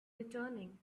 returning